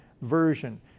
version